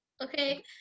okay